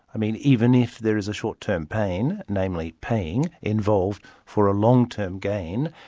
i mean even if there is a short-term pain, namely paying, involved for a long-term gain,